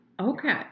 okay